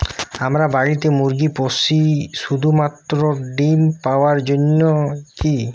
আমরা বাড়িতে মুরগি পুষি শুধু মাত্র ডিম পাওয়ার জন্যই কী?